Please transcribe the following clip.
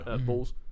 balls